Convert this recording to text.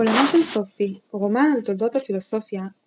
עולמה של סופי - רומן על תולדות הפילוסופיה הוא